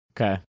Okay